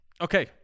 Okay